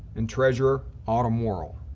and treasurer, autumn worrall.